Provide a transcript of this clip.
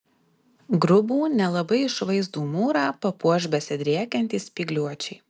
grubų nelabai išvaizdų mūrą papuoš besidriekiantys spygliuočiai